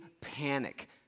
panic